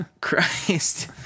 Christ